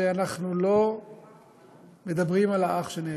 שאנחנו לא מדברים על האח שנעלם.